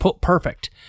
Perfect